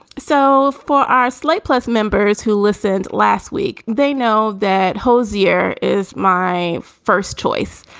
so for our slate plus members who listened last week, they know that hozier is my first choice.